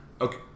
Okay